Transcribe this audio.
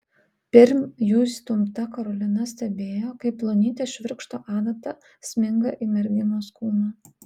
pirm jų įstumta karolina stebėjo kaip plonytė švirkšto adata sminga į merginos kūną